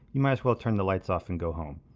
you might as well turn the lights off and go home.